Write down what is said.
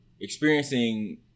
experiencing